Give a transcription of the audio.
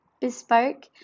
bespoke